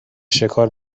شکار